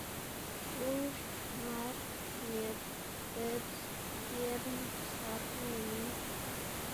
Lunx, mart, mierk, juebs, biern, sabd y ndoming.